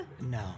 No